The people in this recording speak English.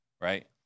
right